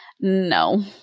No